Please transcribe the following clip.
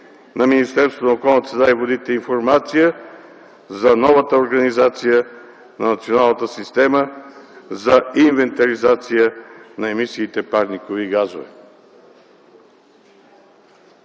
на Министерството на околната среда и водите информация за новата организация на националната система за инвентаризация на емисиите парникови газове.